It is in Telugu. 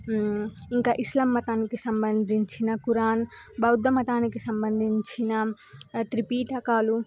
ఇంకా ఇస్లాం మతానికి సంబంధించిన కురాన్ బౌద్ధ మతానికి సంబంధించిన త్రిపీటకాలు